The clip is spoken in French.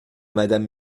madame